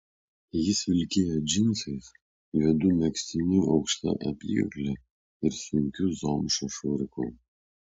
jis vilkėjo džinsais juodu megztiniu aukšta apykakle ir sunkiu zomšos švarku